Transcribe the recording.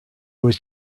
was